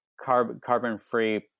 carbon-free